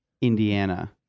Indiana